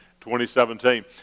2017